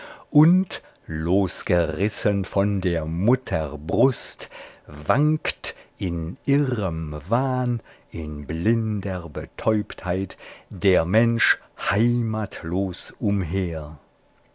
und losgerissen von der mutter brust wankt in irrem wahn in blinder betäubtheit der mensch heimatlos umher